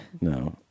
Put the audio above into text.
No